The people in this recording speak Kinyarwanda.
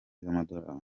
z’amadolari